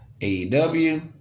AEW